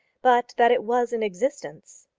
but that it was in existence.